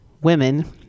women